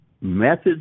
methods